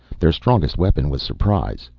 their strongest weapon was surprise.